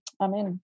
Amen